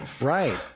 Right